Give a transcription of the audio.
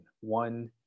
One